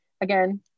Again